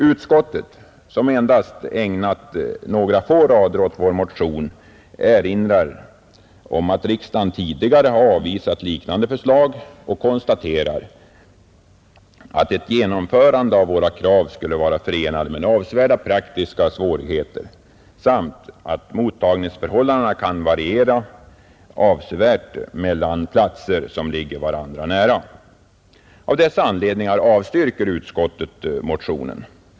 Utskottet, som endast ägnat några få rader åt Vår motion, erinrar om att riksdagen tidigare avvisat liknande förslag och konstaterar, att ett genomförande av våra krav skulle vara förenade med avsevärda praktiska svårigheter samt att mottagningsförhållandena kan variera mellan platser, som ligger nära varandra. Av dessa anledningar avstyrker utskottet motionen.